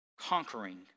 Conquering